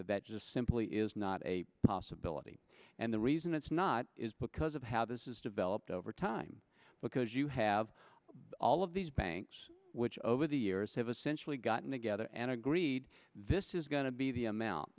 that just simply is not a possibility and the reason it's not is because of how this is developed over time because you have all of these banks which over the years have essentially gotten together and agreed this is going to be the amount